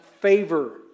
favor